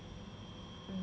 what should we say